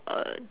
err